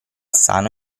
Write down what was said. sano